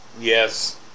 Yes